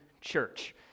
church